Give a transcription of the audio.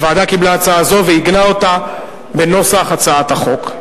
הוועדה קיבלה הצעה זו ועיגנה אותה בנוסח הצעת החוק.